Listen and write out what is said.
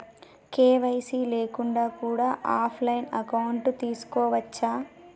KYC లేకుండా కూడా offline account తీసుకోవచ్చా?